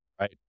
right